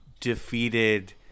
defeated